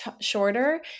shorter